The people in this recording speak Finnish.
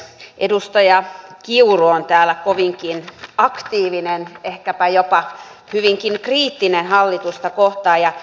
edustaja kiuru on täällä kovinkin aktiivinen ehkäpä jopa hyvinkin kriittinen hallitusta kohtaan